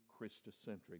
Christocentric